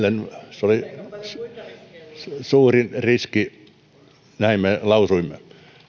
se oli suurin riski näin me lausuimme